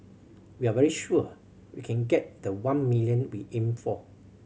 we are very sure we can get the one million we aimed for